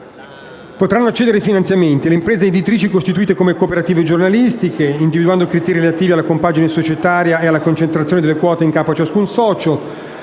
Potranno accedere ai finanziamenti le imprese editrici costituite come cooperative giornalistiche, individuando criteri relativi alla compagine societaria e alla concentrazione delle quote in capo a ciascun socio,